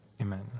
amen